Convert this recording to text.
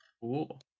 Cool